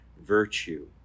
virtue